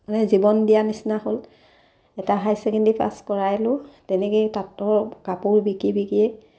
মানে জীৱন দিয়া নিচিনা হ'ল এটা হাই ছেকেণ্ডেৰী পাছ কৰালোঁ তেনেকেই তাঁতৰ কাপোৰ বিকি বিকি